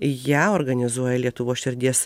ją organizuoja lietuvos širdies